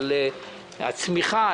על הצמיחה,